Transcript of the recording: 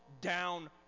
down